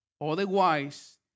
Otherwise